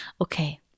Okay